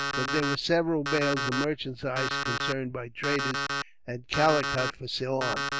but there were several bales of merchandise, consigned by traders at calicut for ceylon.